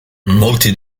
molti